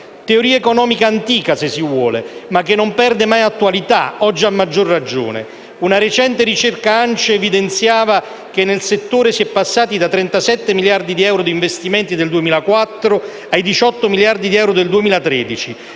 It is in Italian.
teoria economica antica, se si vuole, ma che non perde mai attualità, oggi a maggior ragione. Una recente ricerca ANCE evidenziava che nel settore si è passati dai 37 miliardi di euro di investimenti del 2004 ai 18 miliardi di euro del 2013.